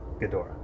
Ghidorah